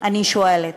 אני שואלת,